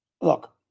look